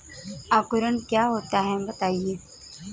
अंकुरण क्या होता है बताएँ?